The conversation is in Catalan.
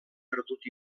perdut